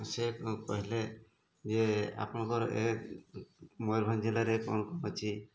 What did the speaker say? ସେ କହିଲେ ଯେ ଆପଣଙ୍କର ଏ ମୟୁରଭଞ୍ଜ ଜିଲ୍ଲାରେ କ'ଣ କ'ଣ ଅଛି